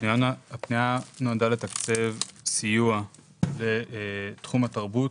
הפנייה נועדה לתקצב סיוע לתחום התרבות,